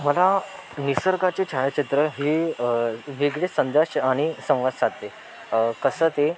मला निसर्गाचे छायाचित्र हे वेगळेच संजेश आणि संवाद साधते कसं ते